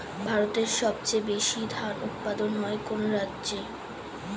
ভারতের সবচেয়ে বেশী ধান উৎপাদন হয় কোন রাজ্যে?